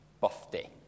birthday